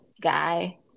guy